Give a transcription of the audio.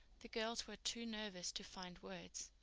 the girls were too nervous to find words,